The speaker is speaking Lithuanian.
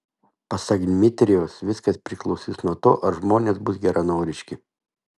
pasak dmitrijaus viskas priklausys nuo to ar žmonės bus geranoriški